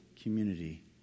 community